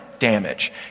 damage